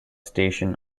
station